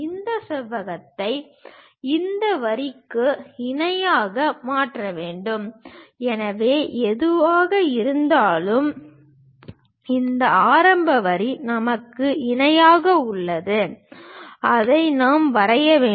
இந்த செவ்வகத்தை இந்த வரிகளுக்கு இணையாக மாற்ற வேண்டும் எனவே எதுவாக இருந்தாலும் இந்த ஆரம்ப வரி நமக்கு இணையாக உள்ளது அதை நாம் வரைய வேண்டும்